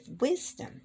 wisdom